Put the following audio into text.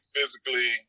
physically